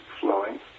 flowing